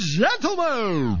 gentlemen